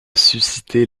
susciter